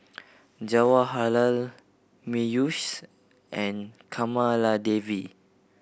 Jawaharlal Peyush and Kamaladevi